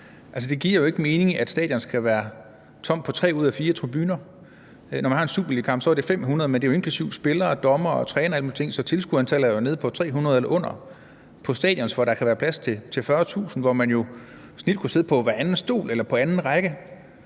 det jo ikke mening, at stadioner skal være tomme på tre ud af fire tribuner. Når man har en superligakamp, er det 500, men det er jo inklusive spillere, dommere og trænere og alle mulige, så tilskuerantallet er nede på 300 eller under på stadioner, hvor der kan være plads til 40.000, og hvor man snildt kunne sidde på hver anden stol eller på hver anden række.